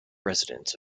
residence